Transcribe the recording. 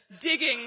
digging